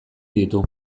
ditu